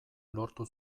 lortu